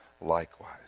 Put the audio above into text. likewise